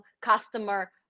customer